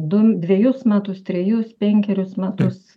du dvejus metus trejus penkerius metus